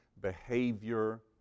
behavior